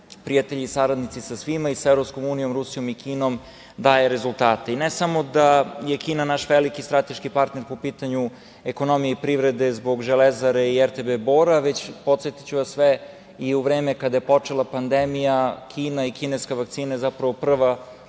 prijatelji i saradnici sa svima, i sa EU, Rusijom i Kinom daje rezultate. Ne samo da je Kina naš veliki strateški partner po pitanju ekonomije i privrede zbog Železare i RTB Bora, već podsetiću vas sve, i u vreme kada je počela pandemija, Kina i kineska vakcina je zapravo prva